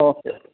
okay